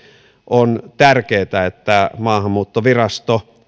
on tärkeätä että maahanmuuttovirasto